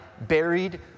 buried